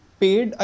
paid